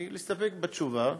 אני, להסתפק בתשובה.